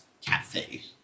Cafe